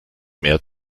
mehr